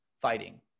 fighting